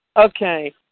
Okay